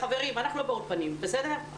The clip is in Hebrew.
חברים, אנחנו לא באולפנים, בסדר?